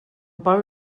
pau